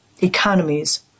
economies